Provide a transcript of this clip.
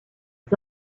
les